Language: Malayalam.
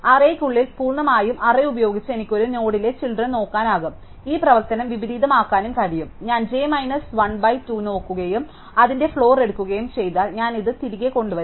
അറേയ്ക്കുള്ളിൽ പൂർണ്ണമായും അറേ ഉപയോഗിച്ച് എനിക്ക് ഒരു നോഡിലെ ചിൽഡ്രൻ നോക്കാനും ഈ പ്രവർത്തനം വിപരീതമാക്കാനും കഴിയും ഞാൻ j മൈനസ് 1 ബൈ 2 നോക്കുകയും അതിന്റെ ഫ്ലോർ എടുക്കുകയും ചെയ്താൽ ഞാൻ ഇത് തിരികെ കൊണ്ടുവരും